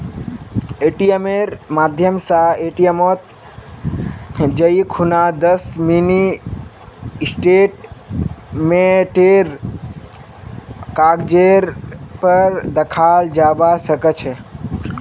एटीएमेर माध्यम स एटीएमत जाई खूना दस मिनी स्टेटमेंटेर कागजेर पर दखाल जाबा सके छे